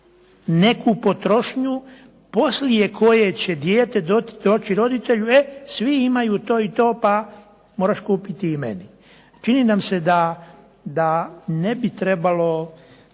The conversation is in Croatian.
neku potrošnju poslije koje će dijete doći roditelju, e svi imaju to i to pa moraš kupiti i meni. Čini nam se da ne bi trebalo